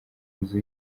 inzu